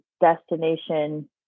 destination